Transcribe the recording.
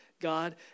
God